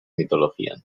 mitologian